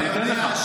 אני אתן לך.